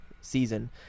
season